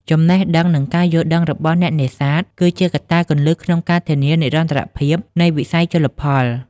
ចំណេះដឹង និងការយល់ដឹងរបស់អ្នកនេសាទ គឺជាកត្តាគន្លឹះក្នុងការធានានិរន្តរភាពនៃវិស័យជលផល។